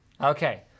Okay